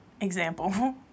example